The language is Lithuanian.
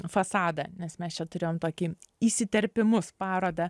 fasadą nes mes čia turėjom tokį įsiterpimus parodą